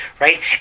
right